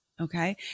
Okay